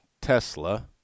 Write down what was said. Tesla